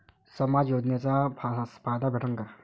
समाज योजनेचा फायदा भेटन का?